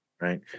right